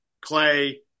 Clay